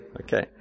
Okay